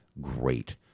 great